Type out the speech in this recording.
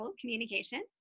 communication